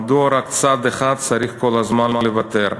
מדוע רק צד אחד צריך כל הזמן לוותר?